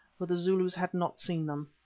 for the zulus had not seen them.